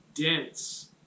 Dense